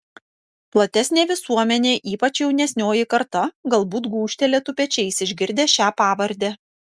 platesnė visuomenė ypač jaunesnioji karta galbūt gūžtelėtų pečiais išgirdę šią pavardę